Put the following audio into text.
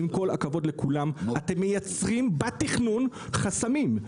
עם כל הכבוד לכולם אתם מייצרים בתכנון חסמים.